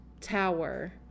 tower